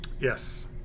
yes